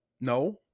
No